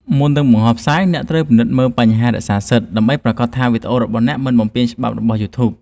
មុននឹងបង្ហោះផ្សាយ អ្នកត្រូវពិនិត្យមើលបញ្ហារក្សាសិទ្ធិ ដើម្បីប្រាកដថាវីដេអូរបស់អ្នកមិនបំពានច្បាប់របស់ យូធូប។